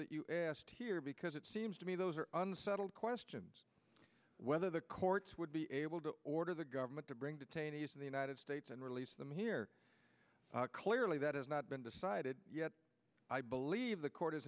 that you asked here because it seems to me those are unsettled questions whether the courts would be able to order the government to bring detainees to the united states and release them here clearly that has not been decided yet i believe the court is